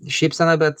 šypseną bet